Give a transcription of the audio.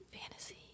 fantasy